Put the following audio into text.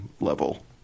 level